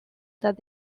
that